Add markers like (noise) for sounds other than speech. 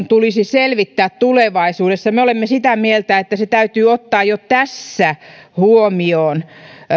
(unintelligible) tulisi selvittää tulevaisuudessa me olemme sitä mieltä että se täytyy ottaa huomioon jo tässä